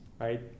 right